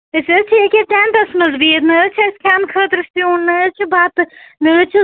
أسۍ حظ چھِ یہِ کہِ ٹینٛٹَس منٛز بِہَتھ نہَ حظ چھُ اَسہِ کھٮ۪نہٕ خٲطرٕ سیُن نہَ حظ چھُ بَتہٕ نہَ حظ چھُ